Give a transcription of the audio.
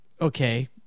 Okay